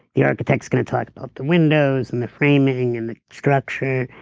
the architects going to talk about the windows, and the framing and the structure.